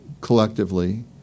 collectively